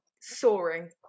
soaring